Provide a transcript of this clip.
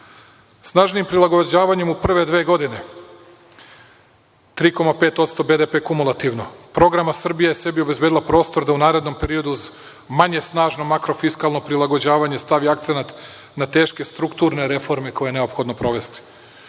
prilagođavanjem u prve dve godine 3,5% BDP kumulativno programa Srbija je sebi obezbedila prostor da u narednom periodu uz manje snažno makrofiskalno prilagođavanje stavi akcenat na teške strukturne reforme koje je neophodno sprovesti. Ključni